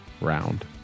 round